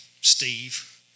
Steve